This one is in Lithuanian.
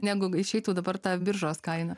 negu išeitų dabar ta biržos kaina